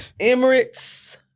Emirates